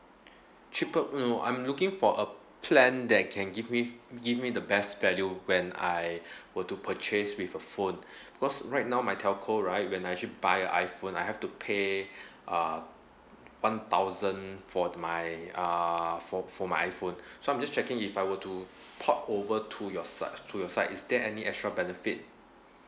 cheaper no I'm looking for a plan that can give me give me the best value when I were to purchase with a phone because right now my telco right when I actually buy a iPhone I have to pay uh one thousand for my uh for for my iPhone so I'm just checking if I were to port over to your side to your side is there any extra benefit